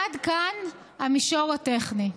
עד כאן המישור הטכני.